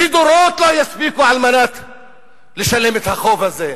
ודורות לא יספיקו לשלם את החוב הזה,